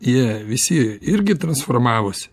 jie visi irgi transformavosi